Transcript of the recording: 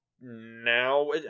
now